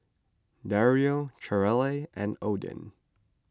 Dario Cherrelle and Odin